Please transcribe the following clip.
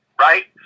right